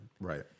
Right